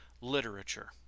literature